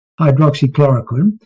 hydroxychloroquine